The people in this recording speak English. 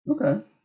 Okay